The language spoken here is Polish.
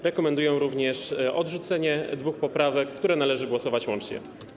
Rekomendują również odrzucenie dwóch poprawek, nad którymi należy głosować łącznie.